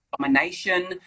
domination